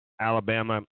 Alabama